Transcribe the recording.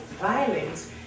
violence